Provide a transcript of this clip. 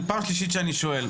זו פעם שלישית שאני שואל,